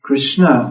Krishna